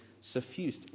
suffused